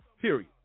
Period